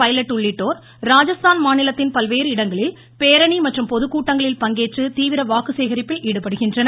pilot உள்ளிட்டோர் ராஜஸ்தான் மாநிலத்தின் பல்வேறு இடங்களில் பேரணி மற்றும் பொதுக்கூட்டங்களில் பங்கேற்று தீவிர வாக்கு சேகரிப்பில் ஈடுபடுகின்றனர்